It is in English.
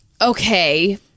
Okay